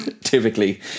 typically